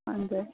हुन्छ